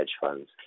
funds